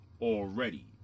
already